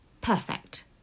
Perfect